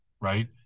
right